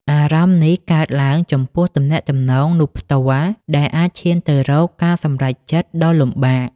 អារម្មណ៍នេះកើតឡើងចំពោះទំនាក់ទំនងនោះផ្ទាល់ ដែលអាចឈានទៅរកការសម្រេចចិត្តដ៏លំបាក។